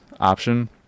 option